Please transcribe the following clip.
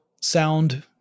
sound